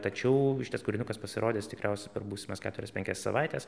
tačiau šitas kūrinukas pasirodys tikriausiai per būsimas keturias penkias savaites